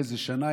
באיזו שנה,